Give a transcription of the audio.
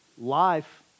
life